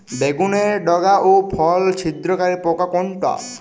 বেগুনের ডগা ও ফল ছিদ্রকারী পোকা কোনটা?